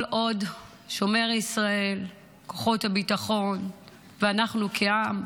כל עוד שומר ישראל, כוחות הביטחון ואנחנו כעם,